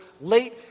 late